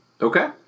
Okay